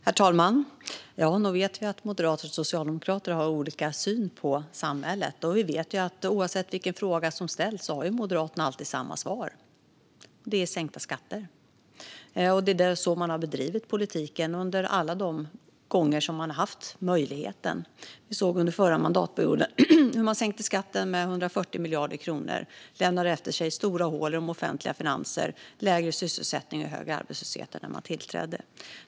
Herr talman! Nog vet vi att moderater och socialdemokrater har olika syn på samhället, och vi vet att oavsett vilken fråga som ställs har Moderaterna alltid samma svar, nämligen sänkta skatter. Det är så man har bedrivit politiken alla de gånger man har haft möjlighet. Vi kunde se hur man under den förrförra mandatperioden sänkte skatten med 140 miljarder kronor och lämnade efter sig stora hål i de offentliga finanserna, lägre sysselsättning och högre arbetslöshet än när man tillträdde.